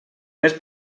més